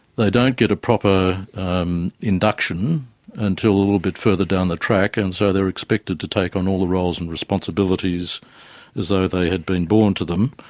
they don't get a proper um induction until a little bit further down the track, and so they are expected to take on all the roles and responsibilities as though they had been born to them.